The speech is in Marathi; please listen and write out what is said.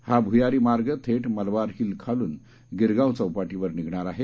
हा भूयारी मार्ग थेट मलबार हिल खालून गिरगाव चौपाटीवर निघणार आहे